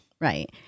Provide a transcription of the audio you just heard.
Right